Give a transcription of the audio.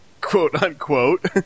quote-unquote